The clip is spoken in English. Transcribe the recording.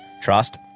trust